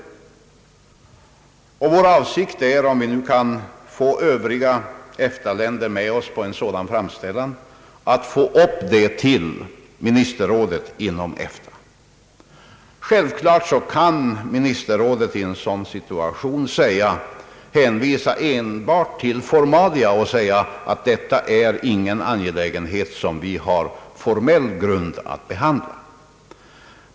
Vår avsikt är att, om vi nu kan få övriga EFTA-länder med oss på en sådan framställning, föra upp den till ministerrådet inom EFTA. Självklart kan ministerrådet i en sådan situation hänvisa enbart till formalia och säga att detta är ingen angelägenhet som vi har formell grund att behandla.